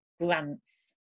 grants